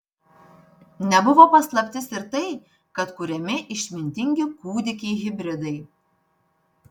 nebuvo paslaptis ir tai kad kuriami išmintingi kūdikiai hibridai